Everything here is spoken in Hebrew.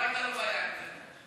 לא הייתה לו בעיה עם זה.